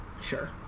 Sure